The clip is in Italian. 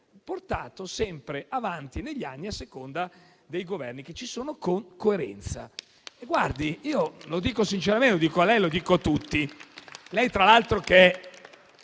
sempre avanti negli anni, a seconda dei Governi che ci sono, con coerenza. Guardi, lo dico sinceramente, lo dico a lei e lo dico a tutti. Lei tra l'altro ha